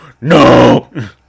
No